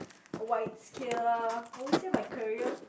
wide scale I would say my career